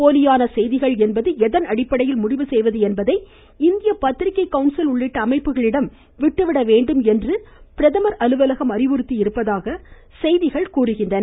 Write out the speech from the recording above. போலியான செய்திகள் என்பது எதன் அடிப்படையில் முடிவு செய்வது என்பதை இந்திய பத்திரிக்கை கவுன்சில் உள்ளிட்ட அமைப்புகளிடம் விட்டுவிட வேண்டும் என்றும் பிரதமர் அலுவலகம் அறிவுறுத்தியதாக செய்திகள் தெரிவிக்கின்றன